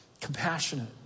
compassionate